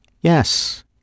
Yes